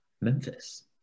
Memphis